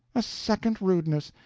a second rudeness!